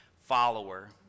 follower